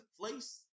place